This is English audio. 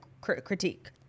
critique